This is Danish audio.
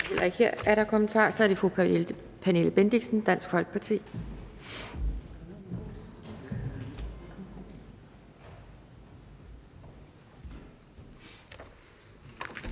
Heller ikke her er der kommentarer. Så er det fru Pernille Bendixen, Dansk Folkeparti.